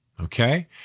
Okay